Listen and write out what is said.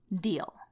Deal